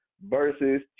versus